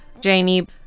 Janie